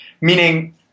meaning